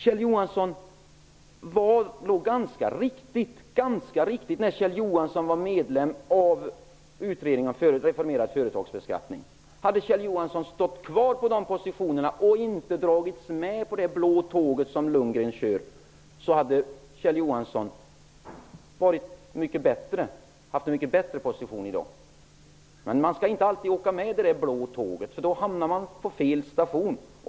Kjell Johansson var medlem av Om Kjell Johansson hade stått fast vid de åsikter som han hade då och inte dragits med på det blå tåg som Lundgren kör hade Kjell Johansson haft en mycket bättre position i dag. Man skall inte alltid åka med det där blå tåget. Då hamnar man på fel station.